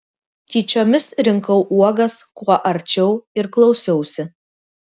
tyčiomis rinkau uogas kuo arčiau ir klausiausi